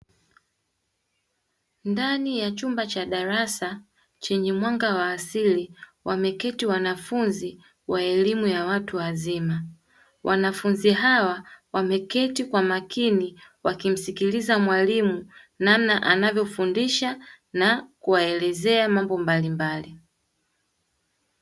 Ndani ya chumba cha darasa chenye mwangawa asili wamekiti wanafunzi wa elimu ya watu waziama. Wanafunzi hawa wameketi kwa makini wakimsikiliza mwalimu namna anavyo fundisha na kuwaelezea mambo mbalimbali.